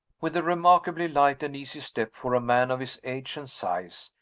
with a remarkably light and easy step for a man of his age and size,